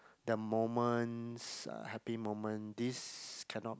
the moments the happy moment these cannot